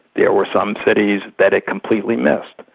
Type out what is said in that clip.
there were some cities that it completely missed.